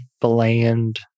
bland